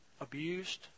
abused